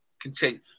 Continue